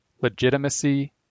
legitimacy